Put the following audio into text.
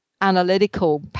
analytical